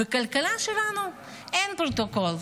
בכלכלה שלנו אין פרוטוקול.